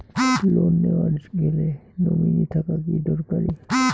Loan নেওয়ার গেলে nominee থাকা কি দরকারী?